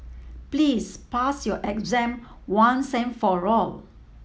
please pass your exam once and for all